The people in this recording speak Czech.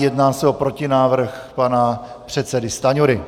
Jedná se o protinávrh pana předsedy Stanjury.